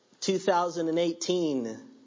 2018